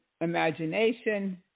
imagination